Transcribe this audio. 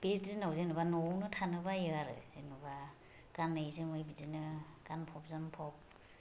बे दिनाव जेनेबा न'आवनो थानो बायो आरो जेनेबा गानै जोमै बिदिनो गानफब जोमफब